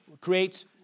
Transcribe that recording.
creates